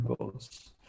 goals